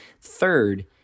Third